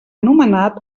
anomenat